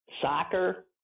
soccer